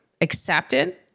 accepted